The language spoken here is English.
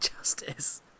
Justice